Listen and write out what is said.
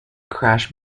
crash